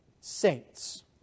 saints